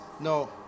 No